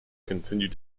continued